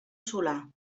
solà